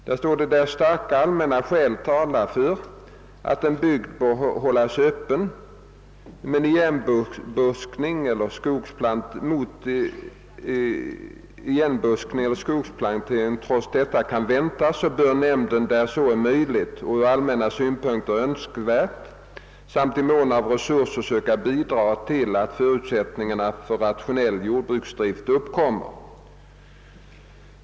Där står: »Där starka allmänna skäl talar för att en bygd bör hållas öppen men igenbuskning eller skogsplantering trots detta kan väntas, bör nämnden där så är möjligt och ur allmän synpunkt önskvärt samt i mån av resurser söka bidraga till att förutsättningar för rationell jordbruksdrift uppkommer.